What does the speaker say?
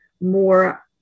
more